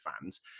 fans